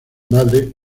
madre